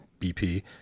BP